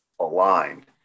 aligned